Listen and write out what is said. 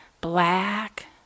black